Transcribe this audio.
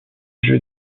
jeu